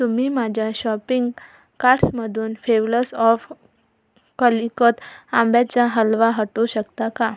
तुम्ही माझ्या शॉपिंग कार्ड्समधून फेवलस ऑफ कालिकत आंब्याचा हलवा हटवू शकता का